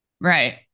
right